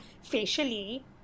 facially